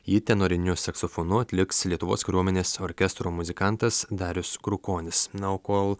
ji tenoriniu saksofonu atliks lietuvos kariuomenės orkestro muzikantas darius krukonis na o kol